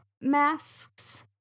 masks